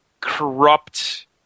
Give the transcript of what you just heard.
corrupt